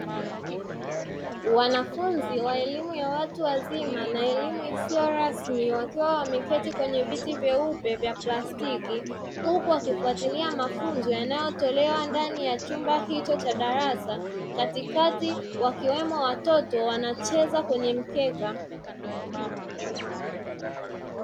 Wanafunzi wa elimu ya watu wazima na elimu isiyo rasmi wakiwa wameketi kwenye viti vyeupe vya plastiki, huku wakifatilia mafunzo yanayotolewa ndani ya chumba hicho cha darasa katikati wakiwemo watoto wanacheza kwenye mkeka.